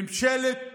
ממשלת דרעי,